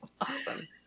Awesome